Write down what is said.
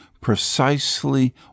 precisely